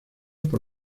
por